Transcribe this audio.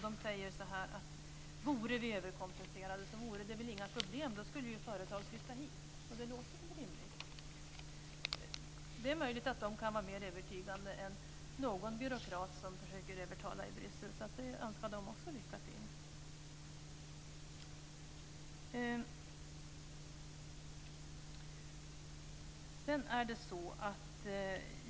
De säger: Vore vi överkompenserade vore det väl inga problem, då skulle ju företag flytta hit. Och det låter väl rimligt. Det är möjligt att de kan vara mer övertygande än någon byråkrat som försöker övertala i Bryssel, så jag önskar dem också lycka till.